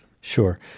Sure